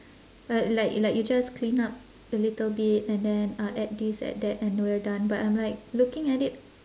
uh like like you just clean up a little bit and then uh add this add that and we're done but I'm like looking at it